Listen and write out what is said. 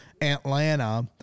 Atlanta